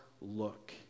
look